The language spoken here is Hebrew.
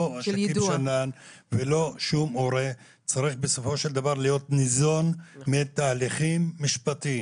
שום הורה צריך להיות ניזון מתהליכים משפטיים